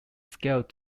scaled